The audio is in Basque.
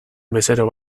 bezero